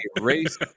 race